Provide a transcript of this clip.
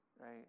right